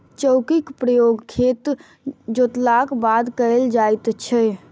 चौकीक प्रयोग खेत जोतलाक बाद कयल जाइत छै